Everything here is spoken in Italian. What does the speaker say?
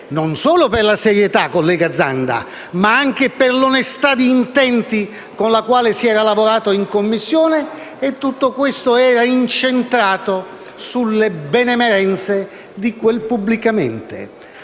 non solo per la serietà, collega Zanda, ma anche per l'onestà di intenti con cui si era lavorato in Commissione. Tutto era incentrato sulle benemerenze del termine «pubblicamente».